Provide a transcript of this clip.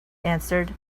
answered